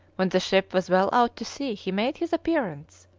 when the ship was well out to sea he made his appearance.